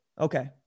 Okay